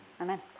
Amen